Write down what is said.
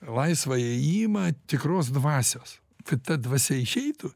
laisvą įėjimą tikros dvasios kad ta dvasia išeitų